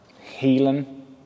healing